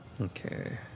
Okay